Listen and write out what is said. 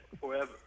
forever